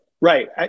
Right